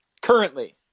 Currently